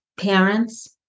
parents